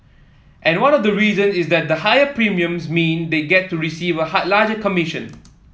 and one of the reason is that the higher premiums mean they get to receive a larger commission